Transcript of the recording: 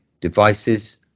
devices